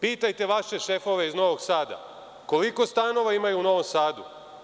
Pitajte vaše šefove iz Novog Sada koliko stanova imaju u Novom Sadu?